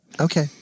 Okay